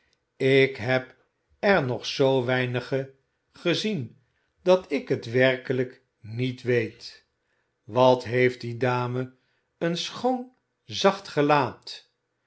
ik heb er nog zoo weinige gezien dat ik het werkelijk niet weet wat heeft die dame een schoon zacht gelaat